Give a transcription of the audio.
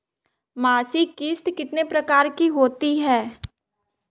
मासिक किश्त कितने प्रकार की होती है?